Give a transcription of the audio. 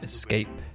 Escape